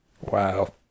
Wow